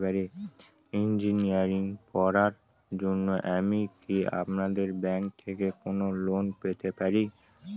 Engineering পড়ার জন্য আমি কি আপনাদের ব্যাঙ্ক থেকে কোন লোন পেতে পারি?